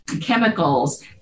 chemicals